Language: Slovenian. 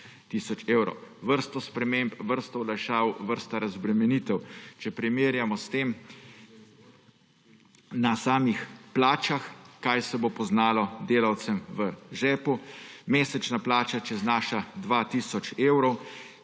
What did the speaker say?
Vrsto sprememb, vrsto olajšav, vrsta razbremenitev. Če primerjamo s tem same plače, kaj se bo poznalo delavcem v žepu. Mesečna plača, če znaša dva tisoč